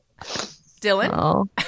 Dylan